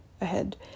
ahead